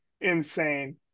insane